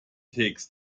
takes